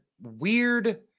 Weird